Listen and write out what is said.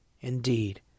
Indeed